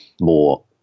more